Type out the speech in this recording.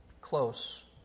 Close